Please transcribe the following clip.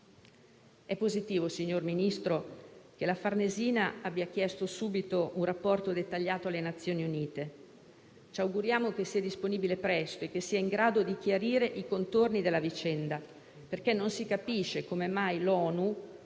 È positivo, signor Ministro, che la Farnesina abbia chiesto subito un rapporto dettagliato alle Nazioni Unite. Ci auguriamo che sia disponibile presto e che sia in grado di chiarire i contorni della vicenda, perché non si capisce come mai l'ONU,